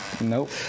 Nope